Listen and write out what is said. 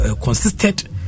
consisted